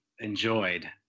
enjoyed